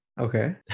okay